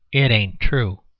it ain't true.